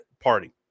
Party